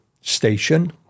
station